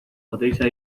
oteiza